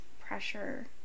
pressure